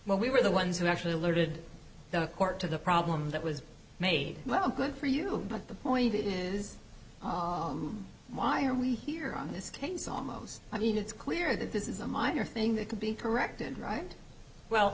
well we were the ones who actually alerted the court to the problem that was made well good for you but the point is why are we here on this case almost i mean it's clear that this is a minor thing that could be corrected right well